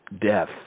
death